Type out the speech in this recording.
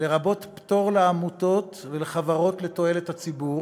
לרבות פטור לעמותות ולחברות לתועלת הציבור